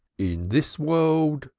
in this world,